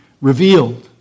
revealed